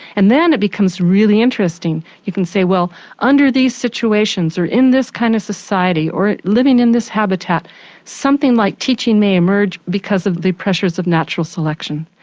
and then it becomes really interesting you can say well under these situations, or in this kind of society, or living in this habitat something like teaching may emerge because of the pressures of natural selection.